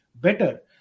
better